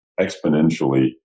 exponentially